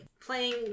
playing